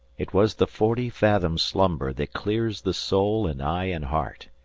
it was the forty-fathom slumber that clears the soul and eye and heart,